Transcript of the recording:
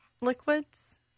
liquids